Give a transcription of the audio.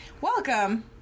welcome